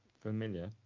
familiar